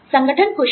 संगठन खुश है